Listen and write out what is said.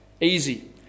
Easy